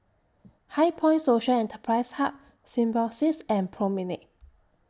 HighPoint Social Enterprise Hub Symbiosis and Promenade